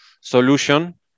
solution